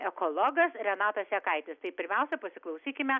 ekologas renatas jakaitis tai pirmiausia pasiklausykime